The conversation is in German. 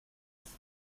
ist